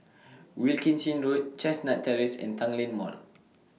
Wilkinson Road Chestnut Terrace and Tanglin Mall